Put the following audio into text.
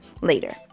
later